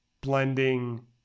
blending